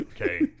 Okay